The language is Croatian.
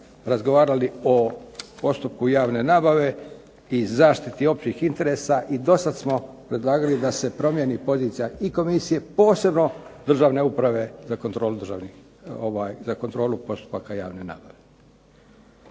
razgovarali o postupku javne nabave i zaštiti općih interesa i dosad smo predlagali da se promijeni pozicija i komisije, posebno Državne uprave za kontrolu postupaka javne nabave.